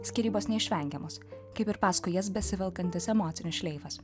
skyrybos neišvengiamos kaip ir paskui jas besivelkantis emocinis šleifas